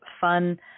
fun